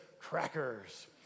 crackers